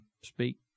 speak